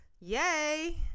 Yay